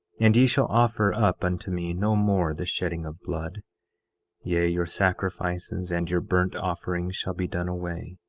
and ye shall offer up unto me no more the shedding of blood yea, your sacrifices and your burnt offerings shall be done away,